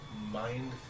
mind